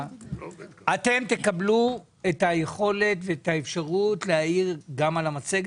אתם תקבלו את היכולת ואת האפשרות להעיר גם על המצגת.